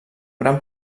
gran